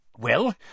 Well